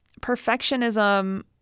perfectionism